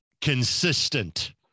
consistent